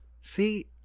see